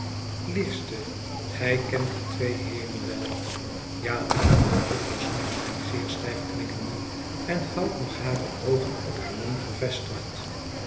liefste gij kent die twee heeren wel i ja antwoordt jufvrouw snagsby zeer stijf knikkende en houdt nog hare oogen op haar man gevestigd